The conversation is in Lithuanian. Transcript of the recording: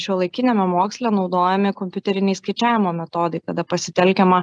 šiuolaikiniame moksle naudojami kompiuteriniai skaičiavimo metodai tada pasitelkiama